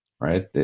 right